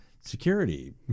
security